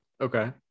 okay